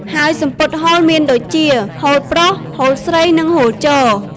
ហើយសំពត់ហូលមានដូចជា ហូលប្រុស, ហូលស្រី និងហូលជរ។